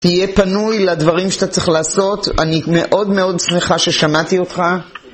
תהיה פנוי לדברים שאתה צריך לעשות, אני מאוד מאוד שמחה ששמעתי אותך.